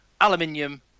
aluminium